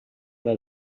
ple